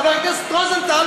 חבר הכנסת רוזנטל,